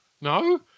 No